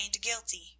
guilty